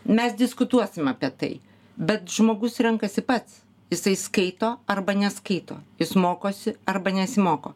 mes diskutuosim apie tai bet žmogus renkasi pats jisai skaito arba neskaito jis mokosi arba nesimoko